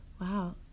Wow